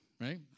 right